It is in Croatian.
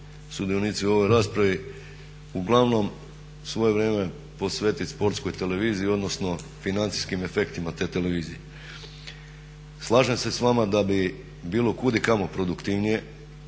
sudionici u ovoj raspravi uglavnom svoje vrijeme posvetiti sportskoj televiziji, odnosno financijskim efektima te televizije. Slažem se s vama da bi bilo kudikamo produktivnije